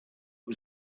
was